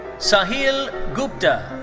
sahil gupta.